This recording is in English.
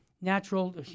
natural